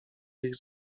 ich